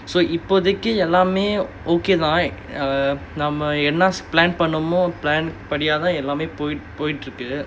so இப்போதிக்கி எல்லாமே:ippothikki ellaamae okay தான்:thaan uh நம்ம என்ன:namma enna plan பண்னோமோ:pannomo plan பாடியதால் போயிட்டு இருக்கு:paadiyathaal poyittu irukku